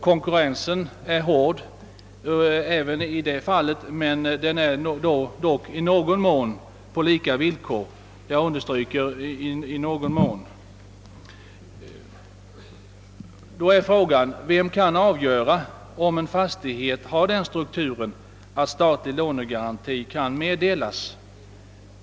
Konkurrensen blir även då hård men sker i sådana fall ändå på i någon mån lika villkor. Vem kan då avgöra, om en fastighet har den strukturen att statlig lånegaranti kan beviljas?